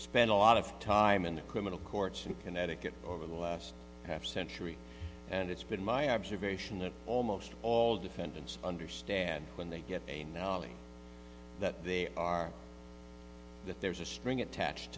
spent a lot of time in the criminal courts in connecticut over the last half century and it's been my observation that almost all defendants understand when they get a knowledge that they are that there's a string attached